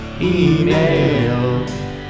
Email